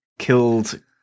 Killed